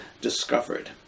discovered